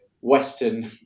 Western